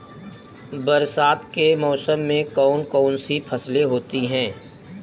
बरसात के मौसम में कौन कौन सी फसलें होती हैं?